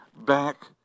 back